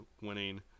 winning